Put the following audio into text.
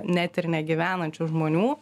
net ir negyvenančių žmonių